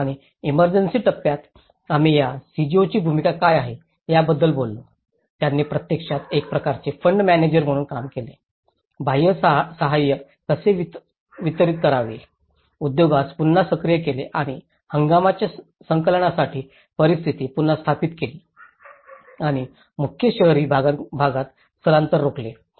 आणि इमर्जन्सी टप्प्यात आम्ही या सीजीओची भूमिका काय आहे याबद्दल बोललो त्यांनी प्रत्यक्षात एक प्रकारचे फंड मॅनेजर म्हणून काम केले बाह्य सहाय्य कसे वितरित करावे उद्योगास पुन्हा सक्रिय केले आणि हंगामाच्या संकलनासाठी परिस्थिती पुन्हा स्थापित केली आणि मुख्य शहरी भागात स्थलांतर रोखणे